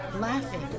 laughing